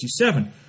1967